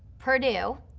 purdue,